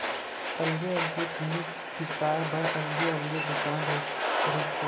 अलगे अलगे जिनिस बिसाए बर अलगे अलगे दुकान रहिथे